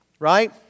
Right